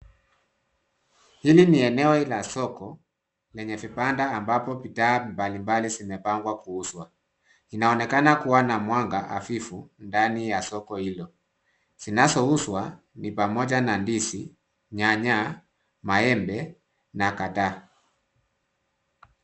Hili ni eneo la soko, lenye vibanda ambapo bidhaa mbalimbali zimepangwa kuuzwa, inaonekana kuwa na mwanga hafifu, ndani ya soko hilo, zinazouzwa ni pamoja na ndizi, nyanya, maembe na kadha.